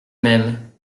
même